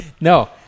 No